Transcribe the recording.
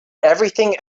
everything